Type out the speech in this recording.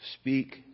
speak